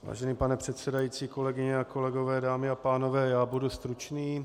Vážený pane předsedající, kolegyně a kolegové, dámy a pánové, budu stručný.